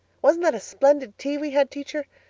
wasn't that a splendid tea we had, teacher?